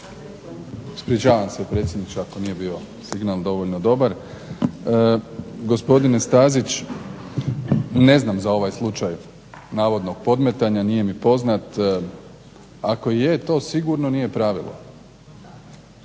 Ispričavam se predsjedniče ako nije bio signal dovoljno dobar. Gospodine Stazić ne znam za ovaj slučaj navodnog podmetana, nije mi poznat. Ako je to sigurno nije pravilo.